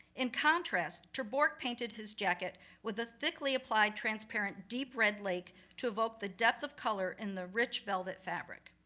in contrast, ter borch painted his jacket with a thickly applied transparent deep red lake, to evoke the depth of color in the rich velvet fabric.